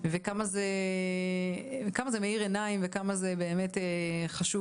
וכמה זה מאיר עיניים וכמה זה באמת חשוב